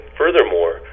furthermore